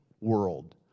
world